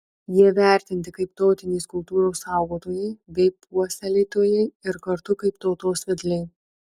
jie vertinti kaip tautinės kultūros saugotojai bei puoselėtojai ir kartu kaip tautos vedliai